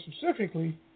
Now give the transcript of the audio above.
specifically